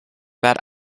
that